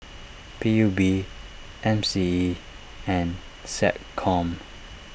P U B M C E and SecCom